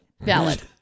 valid